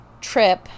trip